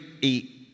eat